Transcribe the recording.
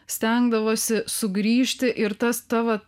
stengdavosi sugrįžti ir tas ta va